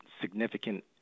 significant